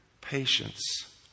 patience